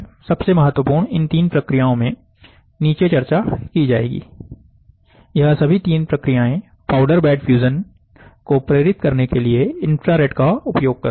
सबसे महत्वपूर्ण इन तीन प्रक्रियाओं की नीचे चर्चा की जाएगी यह सभी तीन प्रक्रियाएं पाउडर बेड में फ्यूजन को प्रेरित करने के लिए इन्फ्रारेड का उपयोग करती है